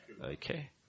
Okay